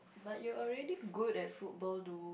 but you already good at football though